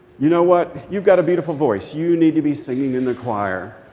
you know what, you've got a beautiful voice. you need to be singing in the choir.